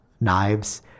knives